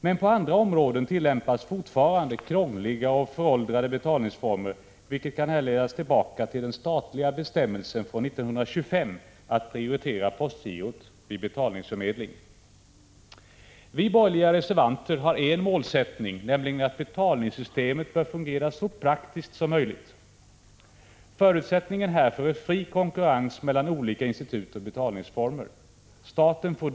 Men på andra områden tillämpas fortfarande krångliga och föråldrade betalningsformer, vilket kan härledas från den statliga bestämmelsen från 1925 att prioritera postgirot vid betalningsförmedling. Vi borgerliga reservanter har en målsättning, nämligen att betalningssystemet skall fungera så praktiskt som möjligt. Förutsättningen härför är fri konkurrens mellan olika institut och betalningsformer. Staten får då intesom Prot.